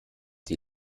die